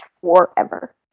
forever